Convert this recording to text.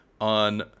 on